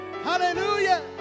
Hallelujah